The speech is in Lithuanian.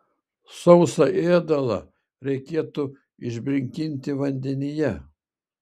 sausą ėdalą reikėtų išbrinkinti vandenyje